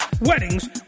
weddings